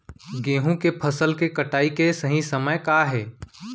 गेहूँ के फसल के कटाई के सही समय का हे?